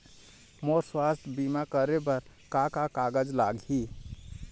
मोर स्वस्थ बीमा करे बर का का कागज लगही?